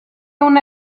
una